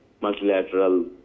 multilateral